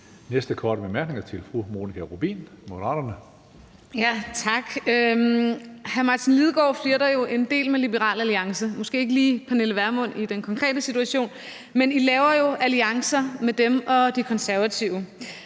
næste korte bemærkning er til fru Monika Rubin, Moderaterne. Kl. 20:01 Monika Rubin (M): Tak. Hr. Martin Lidegaard flirter jo en del med Liberal Alliance, det er måske ikke lige fru Pernille Vermund i den konkrete situation, men I laver jo alliancer med dem og De Konservative.